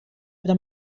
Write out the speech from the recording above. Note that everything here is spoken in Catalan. però